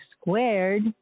Squared